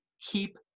Keep